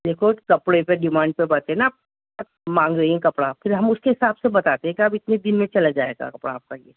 دیکھو کپڑے پہ ڈیمانڈ پہ بات ہیں نا آپ مانگ رہی ہیں کپڑا پھر ہم اس کے حساب سے بتاتے ہیں کہ آپ اتنے دن میں چلا جائے گا کپڑا آپ کا یہ